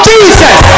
Jesus